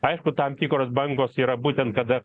aišku tam tikros bangos yra būtent kada